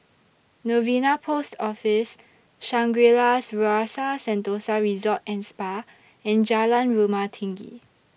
Novena Post Office Shangri La's Rasa Sentosa Resort and Spa and Jalan Rumah Tinggi